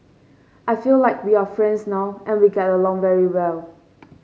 I feel like we are friends now and we get along really well